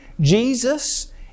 Jesus